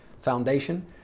Foundation